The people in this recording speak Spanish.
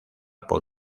por